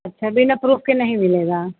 अच्छा बिना प्रूभ के नहीं मिलेगा